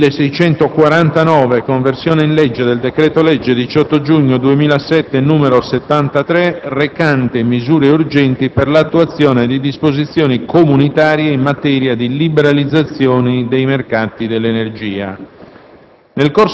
1649: «Conversione in legge del decreto-legge 18 giugno 2007, n. 73, recante misure urgenti per l'attuazione di disposizioni comunitarie in materia di liberalizzazione dei mercati dell'energia».